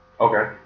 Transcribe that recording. Okay